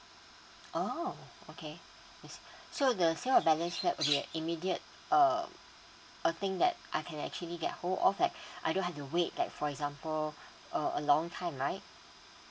oh okay I see so the sale of the balance flat will be at immediate uh a thing that I can actually get hold off like I don't have to wait like for example a a long time right